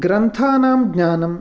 ग्रन्थानां ज्ञानम्